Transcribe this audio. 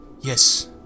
Yes